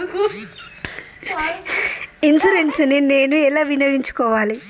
Insurance ని నేను ఎలా వినియోగించుకోవాలి?